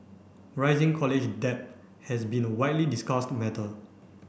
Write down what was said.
rising college debt has been a widely discussed matter